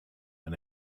and